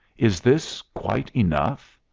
is this quite enough?